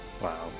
Wow